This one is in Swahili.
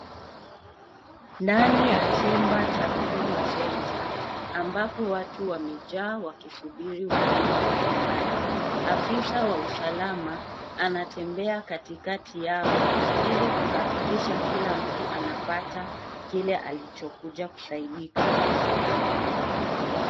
Ndani ya jumba ya Huduma center ambapo watu wamejaa wakisubiri huduma mbalimbali . Afisa wa usalama anatembea katikati yao ili kuhakikisha kila mtu anapata kile alichokuja kusaidika.